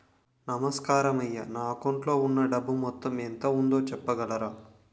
నమస్కారం అయ్యా నా అకౌంట్ లో ఉన్నా డబ్బు మొత్తం ఎంత ఉందో చెప్పగలరా?